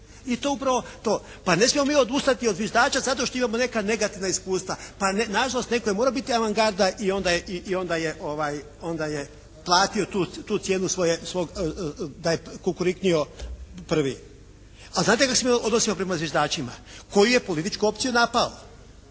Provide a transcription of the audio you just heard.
i to upravo to. Pa ne smijemo mi odustati od zviždača zato što imamo neka negativna iskustva. Pa nažalost netko je morao biti avangarda i onda je platio tu cijenu svog, taj kukuriknio prvi. A znate kako se mi odnosimo prema zviždačima? Koji je političku opciju napao,